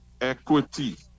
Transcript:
equity